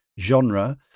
genre